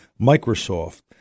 Microsoft